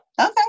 Okay